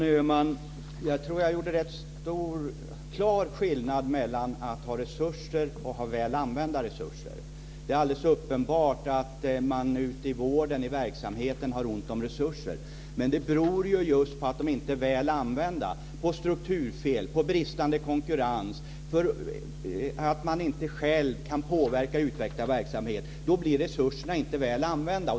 Fru talman! Jag tror att jag gjorde en rätt klar skillnad mellan att ha resurser och att ha väl använda resurser. Det är alldeles uppenbart att man ute i vården, i verksamheten har ont om resurser. Men det beror just på att resurserna inte är väl använda, på strukturfel, på bristande konkurrens och på att man själv inte kan påverka och utveckla verksamhet. Då blir resurserna inte väl använda.